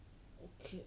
okay